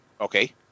Okay